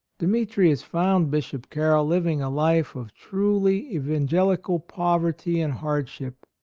demetrius found bishop carroll living a life of truly evangelical poverty and hardship.